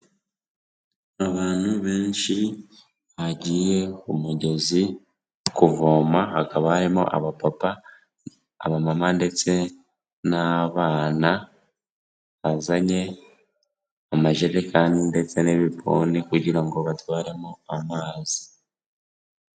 Abantu benshi bagiye ku mugezi kuvoma hakaba harimo abapapa, abamama ndetse n'abana bazanye amajerekani ndetse n'ibibuni kugira ngo batwaremo amazi.